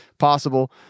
possible